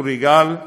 צור יגאל,